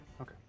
okay